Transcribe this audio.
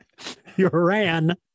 Uran